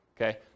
okay